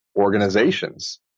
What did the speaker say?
organizations